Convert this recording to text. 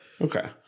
Okay